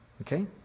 Okay